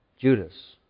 Judas